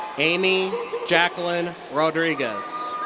amy jacqueline rodriguez.